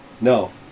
No